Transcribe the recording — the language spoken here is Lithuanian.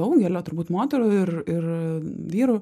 daugelio turbūt moterų ir ir vyrų